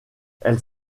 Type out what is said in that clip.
elle